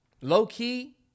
low-key